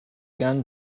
gunn